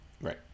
Right